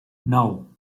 nou